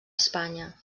espanya